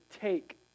take